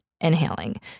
inhaling